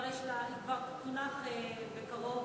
היא תונח בקרוב